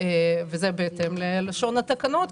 וזה בהתאם ללשון התקנות,